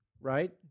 right